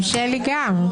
הצבעה לא אושרו.